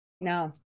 No